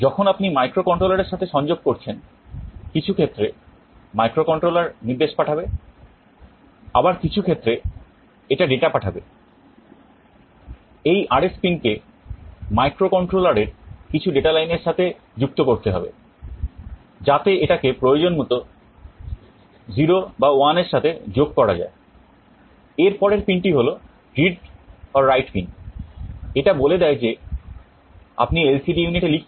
যখন আপনি মাইক্রোকন্ট্রোলারের সাথে সংযোগ করছেন কিছু ক্ষেত্রে মাইক্রোকন্ট্রোলার নির্দেশ পাঠাবে আবার কিছু ক্ষেত্রে এটা ডেটা পাঠাবে এই RS পিন কে মাইক্রোকন্ট্রোলারের কিছু ডেটা লাইন পড়ছেন